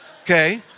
Okay